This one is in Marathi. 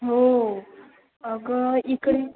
हो अगं इकडे